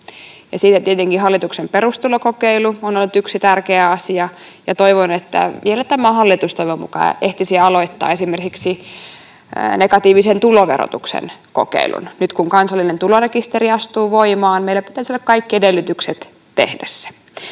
Siinä tietenkin hallituksen perustulokokeilu on ollut yksi tärkeä asia, ja toivon, että vielä tämä hallitus toivon mukaan ehtisi aloittaa esimerkiksi negatiivisen tuloverotuksen kokeilun. Nyt, kun kansallinen tulorekisteri astuu voimaan, meillä pitäisi olla kaikki edellytykset tehdä se.